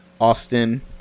Austin